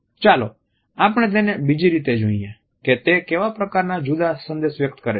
ચાલો આપણે તેને બીજી રીતે જોઈએ કે તે કેવા પ્રકારના જુદા સંદેશ વ્યક્ત કરે છે